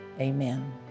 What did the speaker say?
Amen